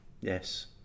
Yes